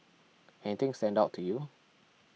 anything stand out to you